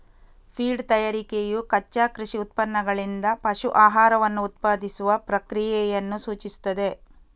feed ತಯಾರಿಕೆಯು ಕಚ್ಚಾ ಕೃಷಿ ಉತ್ಪನ್ನಗಳಿಂದ ಪಶು ಆಹಾರವನ್ನು ಉತ್ಪಾದಿಸುವ ಪ್ರಕ್ರಿಯೆಯನ್ನು ಸೂಚಿಸುತ್ತದೆ